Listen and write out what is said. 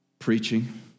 preaching